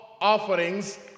offerings